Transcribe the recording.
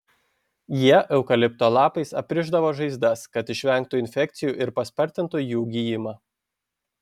jie eukalipto lapais aprišdavo žaizdas kad išvengtų infekcijų ir paspartintų jų gijimą